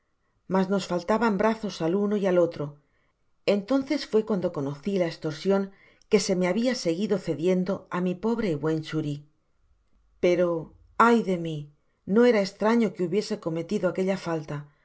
mas nos faltaban brazos al uno y al otro entonces fué cuando conoci la estorsion que se me habia seguido cediendo á mi pobre y buen xori pero ay de mi no era estraño que hubiese cometido aquella falta